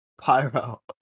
Pyro